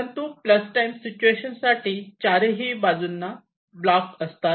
परंतु plus time situation साठी 4 बाजूंनी ब्लॉक असतात